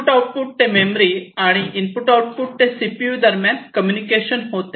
input output ते memory आणि input output ते सीपीयू दरम्यान कम्युनिकेशन होते